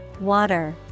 water